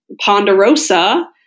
Ponderosa